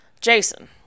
jason